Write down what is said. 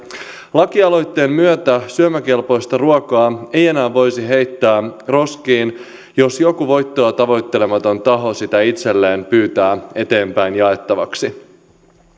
lakialoitteen myötä syömäkelpoista ruokaa ei enää voisi heittää roskiin jos joku voittoa tavoittelematon taho sitä itselleen pyytää eteenpäin jaettavaksi